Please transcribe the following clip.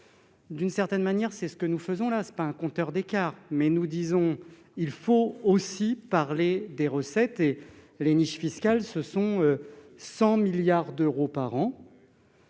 D'une certaine manière, c'est ce que nous faisons, même si ce n'est pas ici un compteur des écarts. Nous disons qu'il faut aussi parler des recettes. Les niches fiscales représentent 100 milliards d'euros par an.